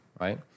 right